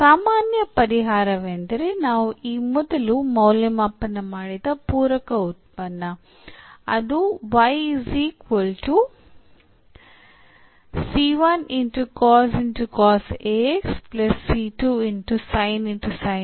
ಸಾಮಾನ್ಯ ಪರಿಹಾರವೆಂದರೆ ನಾವು ಈ ಮೊದಲು ಮೌಲ್ಯಮಾಪನ ಮಾಡಿದ ಪೂರಕ ಉತ್ಪನ್ನ